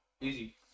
Easy